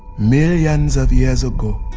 millions of years ago,